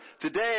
Today